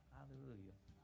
Hallelujah